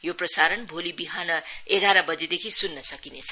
यो प्रसारण भोलि बिहान एघार बजेदेखि स्न्न सकिनेछ